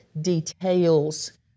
details